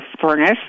furnace